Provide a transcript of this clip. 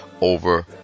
over